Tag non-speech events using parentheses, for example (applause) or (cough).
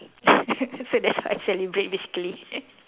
(laughs) so that's why I celebrate basically